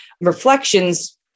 reflections